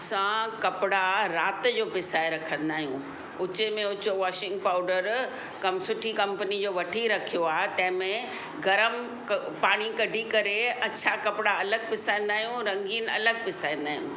असां कपिड़ा राति जो पिसाए रखंदा आहियूं उचे में उचो वॉशिंग पाउडर कम सुठी कंपनी जो वठी रखियो आहे तंहिंमें गरम क पाणी कढी करे अछा कपिड़ा अलॻि पिसाईंदा आहियूं रंगीन अलॻि पिसाईंदा आयूं